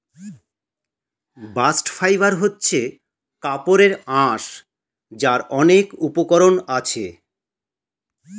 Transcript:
bast fibre হচ্ছে কাপড়ের আঁশ যার অনেক উপকরণ আছে